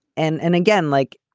and and again, like,